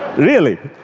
really?